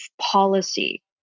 policy